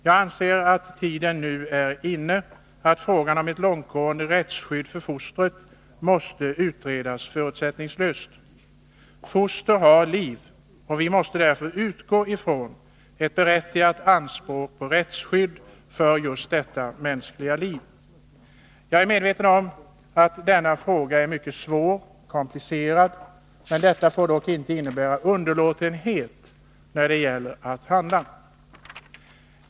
Jag anser att tiden nu är inne att förutsättningslöst utreda frågan om ett långtgående rättsskydd för fostret. Foster har liv, och vi måste därför utgå från ett berättigat anspråk på rättsskydd för detta mänskliga liv. Jag är medveten om att denna fråga är mycket svår och komplicerad, men det får inte innebära underlåtenhet när det gäller att handla.